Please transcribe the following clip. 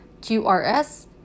QRS